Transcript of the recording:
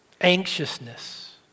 Anxiousness